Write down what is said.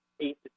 eight